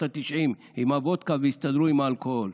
התשעים עם הוודקה והסתדרו עם האלכוהול.